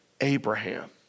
abraham